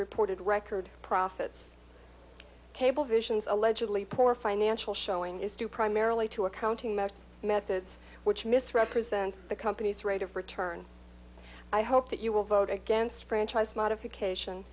reported record profits cablevision's allegedly poor financial showing is due primarily to accounting method methods which misrepresents the company's rate of return i hope that you will vote against franchise modification